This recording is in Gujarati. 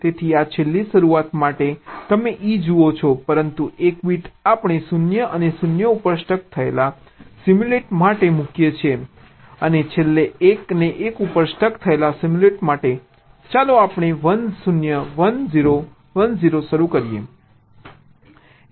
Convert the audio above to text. તેથી આ છેલ્લી શરૂઆત માટે તમે e જુઓ છો પરંતુ 1 બીટ આપણે 0 અને 0 ઉપર સ્ટક થયેલા સિમ્યુલેટ માટે મૂકીએ છીએ અને છેલ્લે 1 અને 1 ઉપર સ્ટક થયેલા સિમ્યુલેટ માટે ચાલો આપણે 1 0 1 0 1 0 શરૂ કરીએ